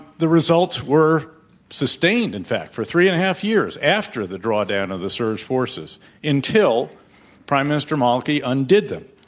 the results were sustained, in fact, for three and a half years after the drawdown of the surge forces until prime minister malaki undid them